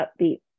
upbeat